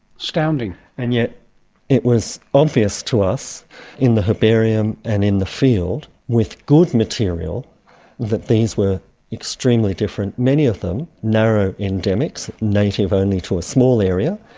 astounding. and yet it was obvious to us in the herbarium and in the field with good material that these were extremely different, many of them narrow endemics, native only to a small area,